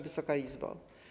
Wysoka Izbo!